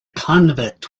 convict